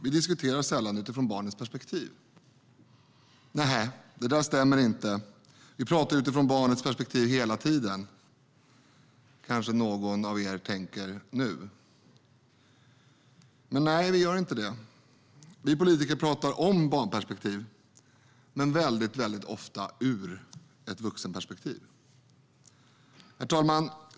Vi diskuterar sällan utifrån barnens perspektiv. Det där stämmer inte, vi pratar hela tiden utifrån barnets perspektiv, kanske någon av er tänker. Men nej, vi gör inte det. Vi politiker pratar om barnperspektiv, men väldigt ofta ur ett vuxenperspektiv. Herr talman!